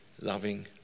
loving